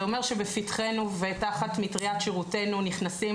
זה אומר שבפתחנו ותחת מטריית שירותנו נכנסים